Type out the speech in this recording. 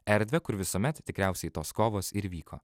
erdvę kur visuomet tikriausiai tos kovos ir vyko